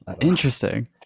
Interesting